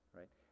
right